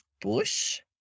Bush